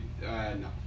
no